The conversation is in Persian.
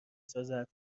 سازد